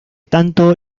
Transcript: tanto